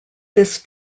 this